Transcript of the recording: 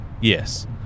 Yes